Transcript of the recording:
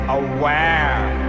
aware